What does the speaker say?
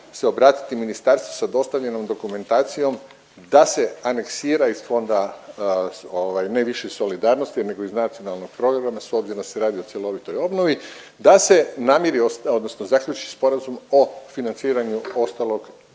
se obratiti ministarstvu sa dostavljenom dokumentacijom da se aneksira iz Fonda so… ovaj ne više solidarnosti nego iz nacionalnog programa s obzirom da se radi o cjelovitoj obnovi, da se namiri odnosno zaključi sporazum o financiranju ostalog